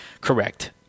correct